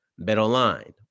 BetOnline